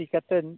ᱪᱤᱠᱟᱹᱛᱮ